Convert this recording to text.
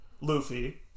Luffy